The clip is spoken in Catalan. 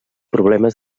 problemes